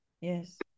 Yes